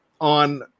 on